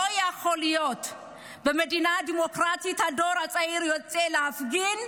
לא יכול להיות שבמדינה דמוקרטית הדור הצעיר יוצא להפגין,